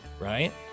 right